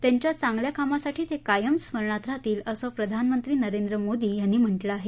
त्यांच्या चांगल्या कामासाठी ते कायम स्मरणात राहतील असं प्रधानमंत्री नरेंद्र मोदी यांनी व्यक्त केलं आहे